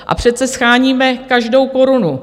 A přece sháníme každou korunu.